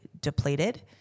depleted –